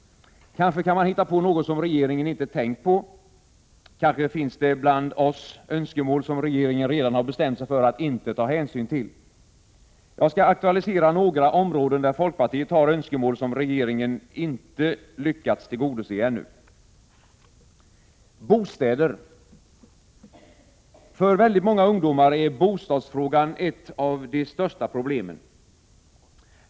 Kanske kan man hitta något som regeringen inte tänkt på, kanske finns det bland oss önskemål som regeringen redan har bestämt sig för att inte ta hänsyn till. Jag skall aktualisera några områden där folkpartiet har önskemål som regeringen inte lyckats tillgodose ännu. För väldigt många ungdomar är bostadsfrågan ett av de största problemen.